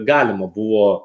galima buvo